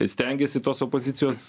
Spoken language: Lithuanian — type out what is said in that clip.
stengiesi tos opozicijos